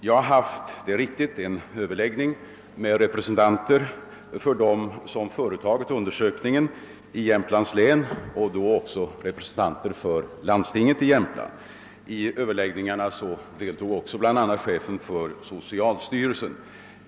Det är riktigt att jag har haft en överläggning med representanter för dem som företagit undersökningen i Jämtlands län, varibland representanter för landstinget i Jämtland. I överläggningen deltog bl.a. också chefen för socialstyrelsen.